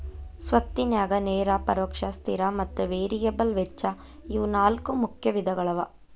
ಸ್ವತ್ತಿನ್ಯಾಗ ನೇರ ಪರೋಕ್ಷ ಸ್ಥಿರ ಮತ್ತ ವೇರಿಯಬಲ್ ವೆಚ್ಚ ಇವು ನಾಲ್ಕು ಮುಖ್ಯ ವಿಧಗಳವ